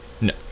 No